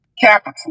capital